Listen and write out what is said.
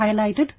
highlighted